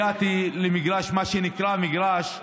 הגעתי למגרש, מה שנקרא מגרש כדורגל.